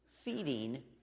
feeding